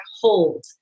hold